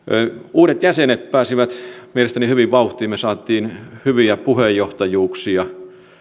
uudet jäsenet pääsivät mielestäni hyvin vauhtiin me saimme hyviä puheenjohtajuuksia